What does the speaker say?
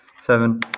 Seven